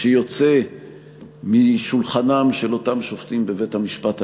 שיוצא משולחנם של אותם שופטים בבית-המשפט העליון.